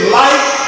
light